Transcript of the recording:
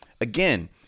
again